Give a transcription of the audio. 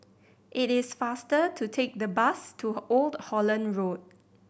it is faster to take the bus to Old Holland Road